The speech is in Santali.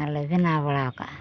ᱟᱨ ᱞᱮ ᱵᱮᱱᱟᱣ ᱵᱟᱲᱟ ᱟᱠᱟᱫᱼᱟ